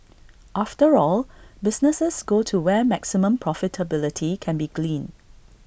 after all businesses go to where maximum profitability can be gleaned